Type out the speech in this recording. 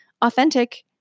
authentic